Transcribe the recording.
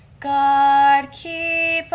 god keep